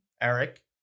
eric